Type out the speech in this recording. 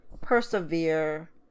persevere